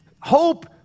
hope